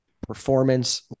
performance